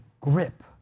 grip